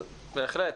בהחלט.